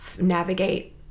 navigate